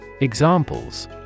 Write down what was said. Examples